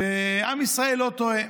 ועם ישראל לא טועה.